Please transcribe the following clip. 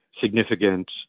significant